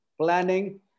planning